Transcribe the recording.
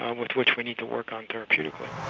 ah which which we need to work on therapeutically.